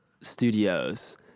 studios